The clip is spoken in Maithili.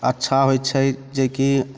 अच्छा होइ छै जे कि